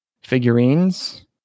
figurines